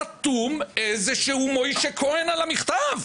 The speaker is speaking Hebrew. חתום איזה שהוא משה כהן על המכתב.